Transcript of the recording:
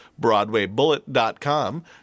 broadwaybullet.com